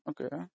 Okay